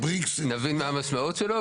נבין מה המשמעות שלו,